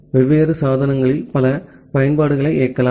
வெவ்வேறு சாதனங்களில் பல பயன்பாடுகளை இயக்கலாம்